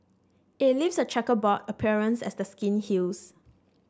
it leaves a chequerboard appearance as the skin heals